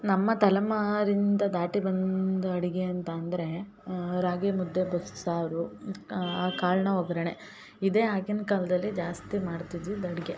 ನಮ್ಮ ತಲೆಮಾರಿಂದ ದಾಟಿ ಬಂದ ಅಡುಗೆ ಅಂತ ಅಂದರೆ ರಾಗಿಮುದ್ದೆ ಬಸ್ಸಾರು ಆ ಕಾಳಿನ ಒಗ್ಗರ್ಣೆ ಇದೇ ಆಗಿನ ಕಾಲದಲ್ಲಿ ಜಾಸ್ತಿ ಮಾಡ್ತಿದ್ದಿದ್ದ ಅಡುಗೆ